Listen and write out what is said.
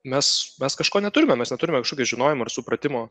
mes mes kažko neturime mes neturime kažkokio žinojimo ir supratimo